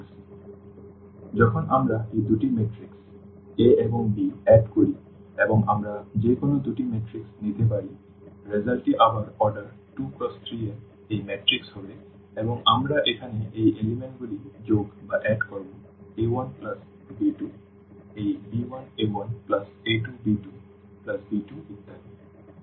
সুতরাং যখন আমরা এই দুটি ম্যাট্রিক্স a এবং b যোগ করি এবং আমরা যে কোনও দুটি ম্যাট্রিক্স নিতে পারি ফলাফলটি আবার অর্ডার 2×3 এর এই ম্যাট্রিক্স হবে এবং আমরা এখানে এই উপাদানগুলি যোগ করব a1 প্লাস b2 এই b1 a1 plus a2 b1 plus b2 ইত্যাদি